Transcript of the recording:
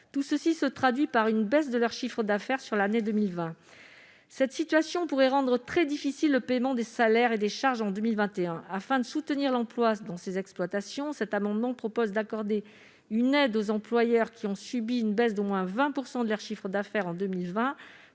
Tout cela se traduit par une baisse de leur chiffre d'affaires sur l'année 2020. Cette situation pourrait rendre très difficile le paiement des salaires et des charges en 2021. Afin de soutenir l'emploi dans ces exploitations, cet amendement vise à accorder une aide aux employeurs qui ont subi une baisse d'au moins 20 % de leur chiffre d'affaires en 2020